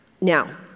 Now